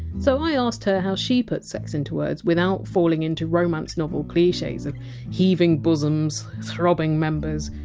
so i asked her how she puts sex into words, without falling into romance novel cliches of heaving bosoms, throbbing members,